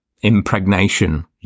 impregnation